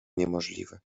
niemożliwe